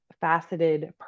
faceted